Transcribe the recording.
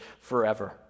forever